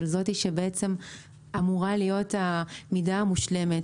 של זו שבעצם אמורה להיות המידה המושלמת.